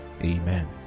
Amen